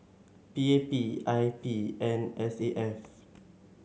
P A P I P and S A F